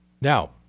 Now